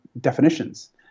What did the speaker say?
definitions